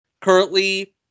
Currently